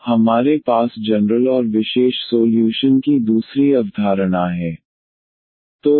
तो हमारे पास जनरल और विशेष सोल्यूशन की दूसरी अवधारणा है